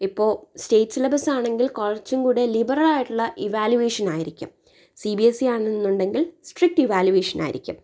ഇപ്പോൾ state syllabus ആണെങ്കില് കുറച്ചു കൂടെ ലിബറല് ആയിട്ടുള്ള ഇവാലുവേഷൻ ആയിരിക്കും സി ബി എസ് ഇ ആണെന്നുണ്ടെങ്കില് സ്ട്രിക്റ്റ് ഇവാലുവേഷന് ആയിരിക്കും